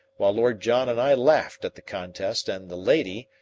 while lord john and i laughed at the contest and the lady,